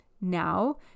Now